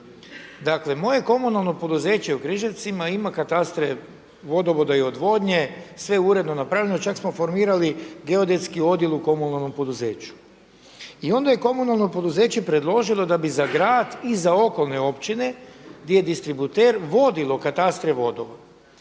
Dakle moje Komunalno poduzeće u Križevcima ima katastre vodova i odvodnje sve uredno napravljeno, čak smo formirali Geodetski odjel u komunalnom poduzeću. I onda je komunalno poduzeće predložilo da bi za grad i za okolne opčine gdje je distributer vodilo katastre vodovoda.